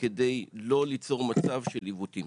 כדי לא ליצור מצב של עיוותים.